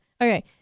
Okay